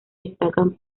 destacan